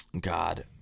God